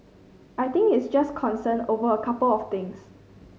I think it's just concern over a couple of things